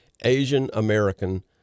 Asian-American